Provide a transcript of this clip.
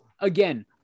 again